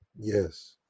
yes